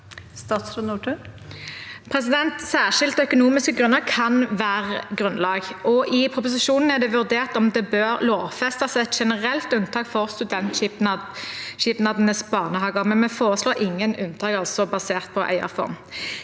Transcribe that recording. Særskilte økonomiske grunner kan være grunnlag. I proposisjonen er det vurdert om det bør lovfestes et generelt unntak for studentsamskipnadenes barnehager, men vi foreslår ingen unntak basert på eierform.